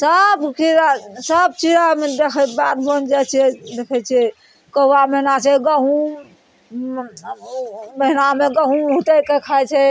सभ कीड़ासभ चिड़ैमे देखै बाध बन जाइ छियै देखै छियै कौआ मेना छै गहुम महीनामे गहुम उतरि कऽ खाय छै